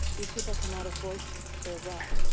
these people can not afford their rent.